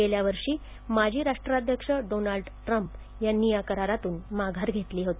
गेल्या वर्षी माजी राष्ट्राध्यक्ष डोनाल्ड ट्रम्प यांनी या करारातून माघार घेतली होती